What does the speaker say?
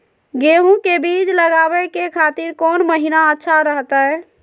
गेहूं के बीज लगावे के खातिर कौन महीना अच्छा रहतय?